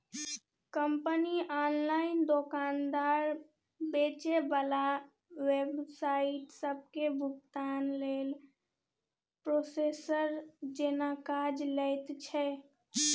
company online दोकानदार, बेचे बला वेबसाइट सबके भुगतानक लेल प्रोसेसर जेना काज लैत छै